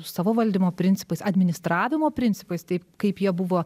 savo valdymo principais administravimo principais taip kaip jie buvo